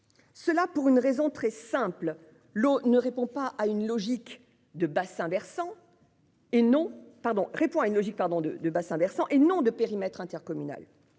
ce pour une raison très simple : l'eau répond à une logique de bassin versant et non de périmètre intercommunal.